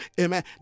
amen